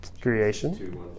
Creation